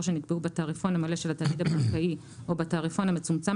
שנקבעו בתעריפון המלא של התאגיד הבנקאי או בתעריפון המצומצם